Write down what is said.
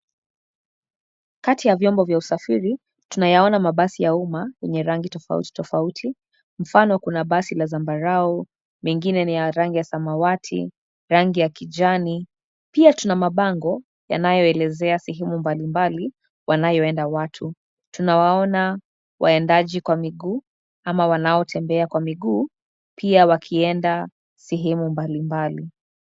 Kati ya vyombo vya usafiri tunayaona mabasi ya umma yenye rangi tofauti tofauti mfano kuna basi la zambarao mengine ni ya rangi ya samawati, rangi ya kijani. Pia tuna mabango yanayoeleza sehemu mbalimbali wanaoenda watu. Tunawaomba watendaji kwa miguu ama wanaotembea kwa miguu pia wakienda sehemu mbalimbali.